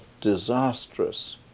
disastrous